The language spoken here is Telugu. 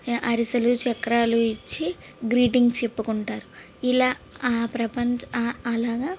అరిసెలు చక్రాలు ఇచ్చి గ్రీటింగ్స్ చెప్పుకుంటారు ఇలా ఆ ప్రపంచ ఆ అలాగా